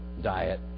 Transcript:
diet